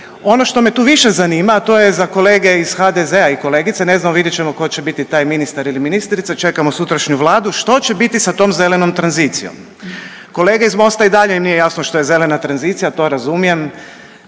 Ono što me tu više zanima, a to je za kolege iz HDZ-a i kolegice, ne znam vidjet ćemo ko će biti taj ministar ili ministrica, čekamo sutrašnju Vladu, što će biti sa tom zelenom tranzicijom. Kolege iz Mosta i dalje im nije jasno što je zelena tranzicija, to razumijem,